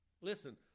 Listen